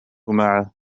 معه